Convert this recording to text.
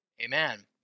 amen